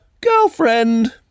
girlfriend